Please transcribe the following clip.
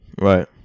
Right